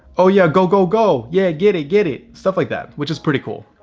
oh yeah, go, go, go. yeah, get it, get it. stuff like that, which is pretty cool.